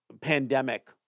pandemic